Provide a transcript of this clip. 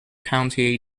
county